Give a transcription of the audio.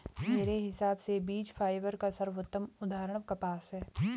मेरे हिसाब से बीज फाइबर का सर्वोत्तम उदाहरण कपास है